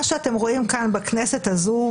מה שאתם רואים כאן בכנסת הזו,